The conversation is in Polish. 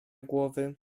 głowy